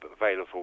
available